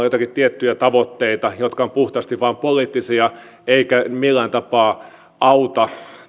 joitakin tiettyjä tavoitteita jotka ovat puhtaasti vain poliittisia eivätkä millään tapaa auta